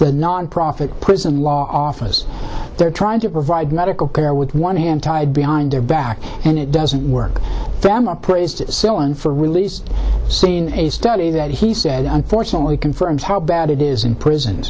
the nonprofit prison law office they're trying to provide medical care with one hand tied behind their back and it doesn't work them appraised so on for release scene a study that he said unfortunately confirms how bad it is in prison